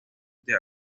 the